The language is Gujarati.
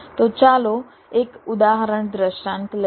તો ચાલો એક ઉદાહરણ દૃષ્ટાંત લઈએ